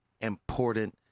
important